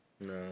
No